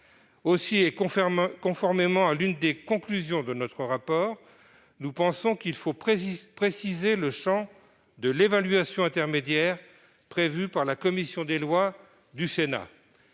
Aussi, et conformément à l'une des conclusions de ce travail, il nous semble qu'il convient de préciser le champ de l'évaluation intermédiaire prévue par la commission des lois du Sénat.